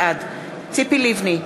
בעד ציפי לבני,